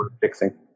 fixing